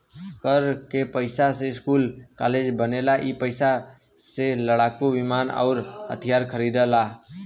कर के पइसा से स्कूल कालेज बनेला ई पइसा से लड़ाकू विमान अउर हथिआर खरिदाला